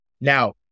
now